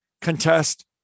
contest